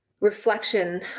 reflection